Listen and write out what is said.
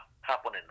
happening